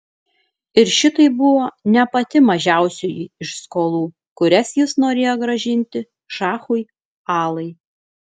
ir šitai buvo ne pati mažiausioji iš skolų kurias jis norėjo grąžinti šachui alai